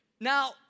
Now